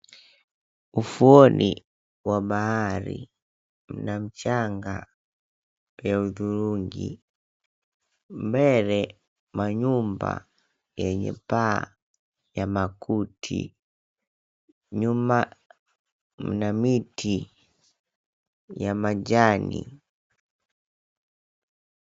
Ufuoni, wa bahari, mna mchanga ya hudhurungi, mbele, manyumba yenye paa ya makuti. Nyuma mna miti ya majani.